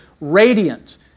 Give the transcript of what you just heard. radiant